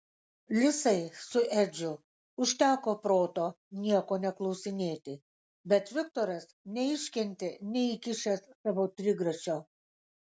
lisai su edžiu užteko proto nieko neklausinėti bet viktoras neiškentė neįkišęs savo trigrašio